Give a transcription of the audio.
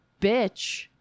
bitch